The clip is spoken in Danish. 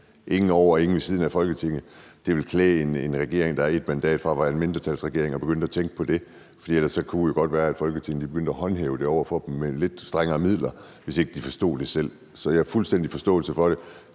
ingen over og ingen ved siden af Folketinget. Det ville klæde en regering, der er 1 mandat fra at være en mindretalsregering at begynde at tænke på det, for ellers kunne det godt være, at Folketinget begyndte at håndhæve det over for dem med lidt strengere midler, altså hvis de ikke forstod det selv. Så jeg har fuldstændig forståelse for det.